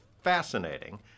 Fascinating